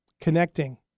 connecting